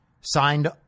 signed